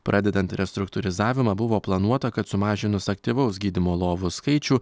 pradedant restruktūrizavimą buvo planuota kad sumažinus aktyvaus gydymo lovų skaičių